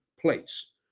place